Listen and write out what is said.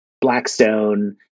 Blackstone